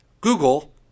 Google